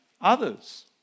others